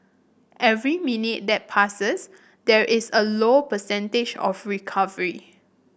every minute that passes there is a lower percentage of recovery